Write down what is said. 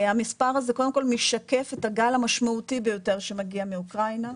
המספר הזה קודם כל משקף את הגל המשמעותי ביותר שמגיע מאוקראינה.